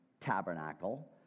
tabernacle